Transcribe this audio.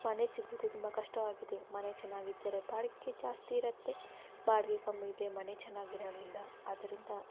ಮನೆ ಸಿಗೋದು ತುಂಬ ಕಷ್ಟವಾಗಿದೆ ಮನೆ ಚೆನ್ನಾಗಿದ್ದರೆ ಬಾಡಿಗೆ ಜಾಸ್ತಿ ಇರತ್ತೆ ಬಾಡಿಗೆ ಕಮ್ಮಿ ಇದ್ದರೆ ಮನೆ ಚೆನ್ನಾಗಿರೋದಿಲ್ಲ ಆದ್ದರಿಂದ